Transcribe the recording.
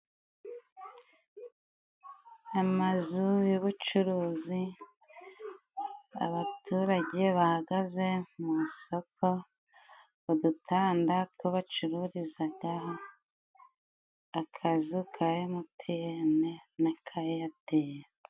Amazu y'ubucuruzi, abaturage bahagaze mu isoko, udutanda tw'abacururizaga, akazu ka emutiyene n'aka eyatele.